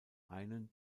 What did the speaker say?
einen